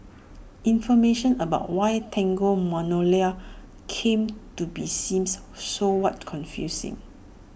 information about why Tango Magnolia came to be seems so what confusing